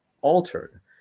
altered